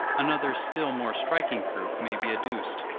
another still more striking proof may be adduced.